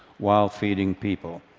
while feeding people.